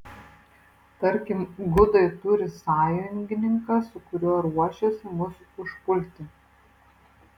tarkim gudai turi sąjungininką su kuriuo ruošiasi mus užpulti